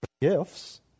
gifts